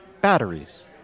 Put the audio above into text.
Batteries